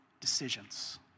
decisions